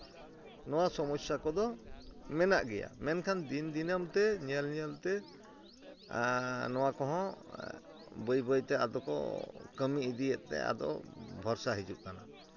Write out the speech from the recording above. ᱱᱚᱣᱟ ᱥᱚᱢᱚᱥᱥᱟ ᱠᱚᱫᱚ ᱢᱮᱱᱟᱜ ᱜᱮᱭᱟ ᱢᱮᱱᱠᱷᱟᱱ ᱫᱤᱱ ᱫᱤᱱᱟᱹᱢ ᱛᱮ ᱧᱮᱞᱼᱧᱮᱞᱛᱮ ᱱᱚᱣᱟ ᱠᱚᱦᱚᱸ ᱵᱟ ᱭᱼᱵᱟᱹᱭᱛᱮ ᱟᱫᱚ ᱠᱚ ᱠᱟᱹᱢᱤ ᱤᱫᱤᱭᱮᱫ ᱛᱮ ᱟᱫᱚ ᱵᱷᱚᱨᱥᱟ ᱦᱤᱡᱩᱜ ᱠᱟᱱᱟ